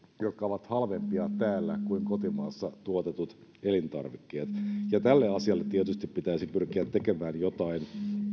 jotka ovat halvempia täällä kuin kotimaassa tuotetut elintarvikkeet ja tälle asialle tietysti pitäisi pyrkiä tekemään jotain